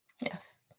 Yes